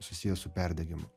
susiję su perdegimu